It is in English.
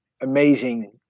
amazing